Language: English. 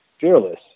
fearless